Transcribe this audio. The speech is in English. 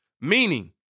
Meaning